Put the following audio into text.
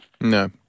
No